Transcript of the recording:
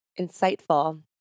insightful